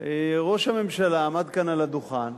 ראש הממשלה עמד כאן על הדוכן,